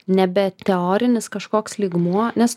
nebe teorinis kažkoks lygmuo nes